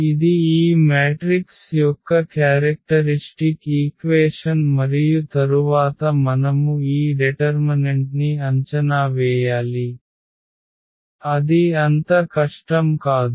ఇది ఈ మ్యాట్రిక్స్ యొక్క క్యారెక్టరిష్టిక్ ఈక్వేషన్ మరియు తరువాత మనము ఈ డెటర్మనెంట్ని అంచనా వేయాలి అది అంత కష్టం కాదు